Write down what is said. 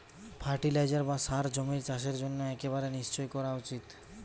fertiliser বা সার জমির চাষের জন্য একেবারে নিশ্চই করা উচিত